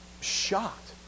shocked